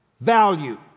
value